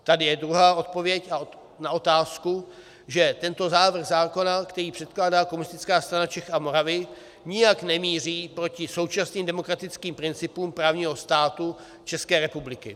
Tady je druhá odpověď na otázku, že tento návrh zákona, který předkládá Komunistická strana Čech a Moravy, nijak nemíří proti současným demokratickým principům právního státu České republiky.